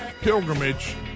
pilgrimage